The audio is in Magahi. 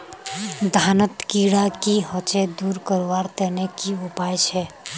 धानोत कीड़ा की होचे दूर करवार तने की उपाय छे?